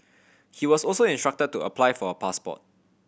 he was also instructed to apply for a passport